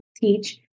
teach